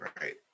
right